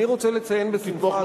אני רוצה לציין בשמחה,